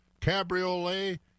Cabriolet